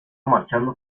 marchando